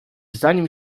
zanim